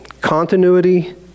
continuity